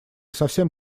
совсем